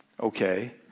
Okay